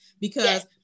because-